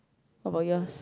how about yours